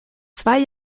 zwei